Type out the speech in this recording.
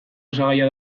osagaia